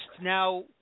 Now